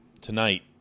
tonight